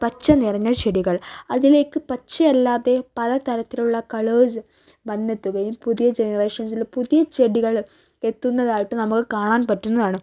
പച്ചനിറഞ്ഞ ചെടികൾ അതിലേക്ക് പച്ചയല്ലാതെ പല തരത്തിലുള്ള കളേഴ്സ് വന്നെത്തുകയും പുതിയ ജനറേഷൻസിൽ പുതിയ ചെടികൾ എത്തുന്നതായിട്ട് നമുക്ക് കാണാൻ പറ്റുന്നതാണ്